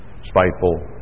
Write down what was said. spiteful